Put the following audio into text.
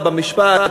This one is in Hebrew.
במשפט,